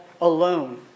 alone